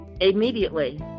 immediately